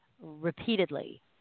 repeatedly